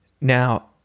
Now